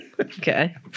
Okay